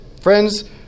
Friends